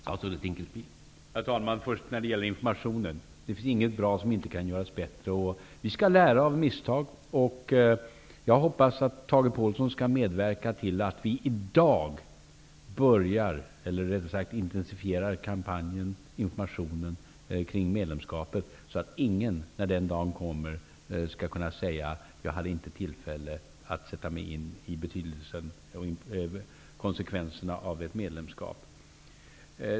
Herr talman! Först när det gäller informationen. Det finns inget bra som inte kan göras bättre. Vi skall lära av gjorda misstag. Jag hoppas att Tage Påhlsson medverkar till att vi nu intensifierar informationen kring medlemskapet, så att ingen när den dagen kommer kan säga: Jag hade inte tillfälle att sätta mig in i konsekvenserna av ett medlemskap.